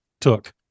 took